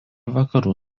vakarų